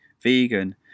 vegan